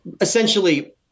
essentially